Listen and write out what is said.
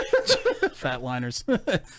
Fatliners